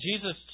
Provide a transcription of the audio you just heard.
Jesus